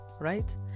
right